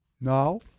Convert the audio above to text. Now